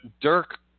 Dirk